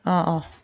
অ' অ'